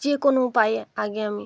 যে কোনো উপায়ে আগে আমি